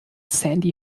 sandy